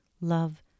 love